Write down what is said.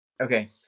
Okay